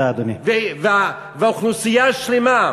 ואוכלוסייה שלמה,